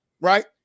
right